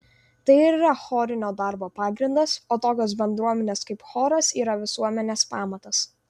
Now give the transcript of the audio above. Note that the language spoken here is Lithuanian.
tai ir yra chorinio darbo pagrindas o tokios bendruomenės kaip choras yra visuomenės pamatas